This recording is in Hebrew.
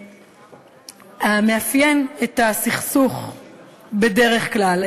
המאפיין את הסכסוך בדרך כלל,